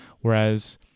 whereas